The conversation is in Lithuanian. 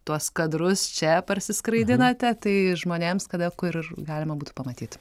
tuos kadrus čia parsiskraidinote tai žmonėms kada kur ir galima būtų pamatyt